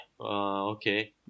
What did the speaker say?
okay